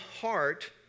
heart